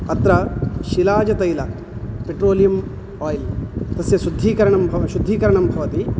अत्र शिलाजतैल petroleum oil तस्य शुद्धीकरण शुद्धीकरणं भवति